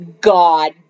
god